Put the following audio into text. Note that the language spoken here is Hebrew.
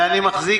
ואני גם מחזיק